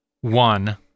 one